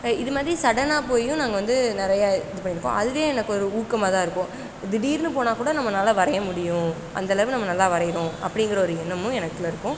இதுமாதிரி சடனாக போயும் நாங்கள் வந்து நிறைய இது பண்ணியிருக்கோம் அதுவே எனக்கு ஒரு ஊக்கமாக தான் இருக்கும் திடீர்ன்னு போனால் கூட நம்மளால் வரைய முடியும் அந்தளவு நம்ம நல்லா வரைகிறோம் அப்படிங்கிற ஒரு எண்ணமும் எனக்குள்ளே இருக்கும்